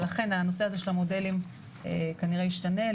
אבל לכן הנושא הזה של המודלים כנראה ישתנה,